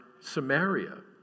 Samaria